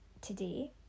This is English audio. today